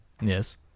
Yes